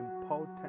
important